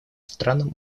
странам